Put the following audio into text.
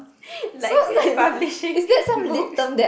like publishing books